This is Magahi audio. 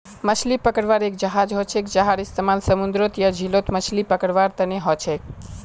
मछली पकड़वार एक जहाज हछेक जहार इस्तेमाल समूंदरत या झीलत मछली पकड़वार तने हछेक